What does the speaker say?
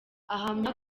ahamya